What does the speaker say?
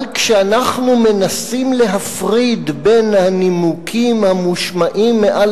אבל כאשר אנחנו מנסים להפריד בין הנימוקים המושמעים מעל